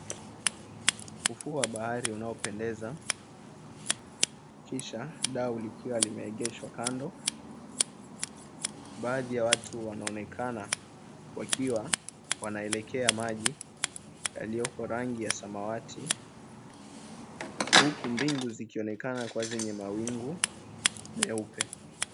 Ufuo wa bahari unaopendeza. Kisha dau likiwa limeegeshwa kando. Baadhi ya watu wanaonekana wakiwa wanaelekea maji yaliyoko rangi ya samawati huku mbingu zikionekana kuwa zenye mawingu meupe.